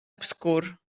obscur